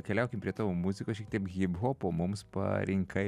keliaukim prie tavo muzikos šiek tiek hiphopo mums parinkai